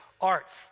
arts